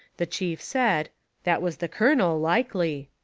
the chief said that was the colonel, likely.